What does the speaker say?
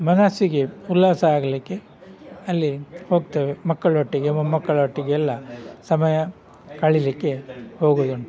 ಮನಸ್ಸಿಗೆ ಉಲ್ಲಾಸ ಆಗಲಿಕ್ಕೆ ಅಲ್ಲಿ ಹೋಗ್ತೇವೆ ಮಕ್ಕಳೊಟ್ಟಿಗೆ ಮೊಮ್ಮಕ್ಕಳೊಟ್ಟಿಗೆ ಎಲ್ಲ ಸಮಯ ಕಳಿಲಿಕ್ಕೆ ಹೋಗುವುದುಂಟು